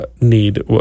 need